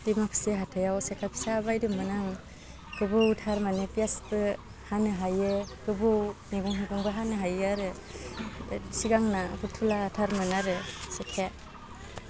दिमाकुसि हाथाइआव सिखा फिसा बायदोंमोन आङो गोबौथार माने पियासबो हानो हायो गोबौ मैगं थाइगंबो हानो हायो आरो सिगांना बुथुवा थारमोन आरो सिखाया